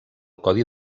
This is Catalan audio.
codi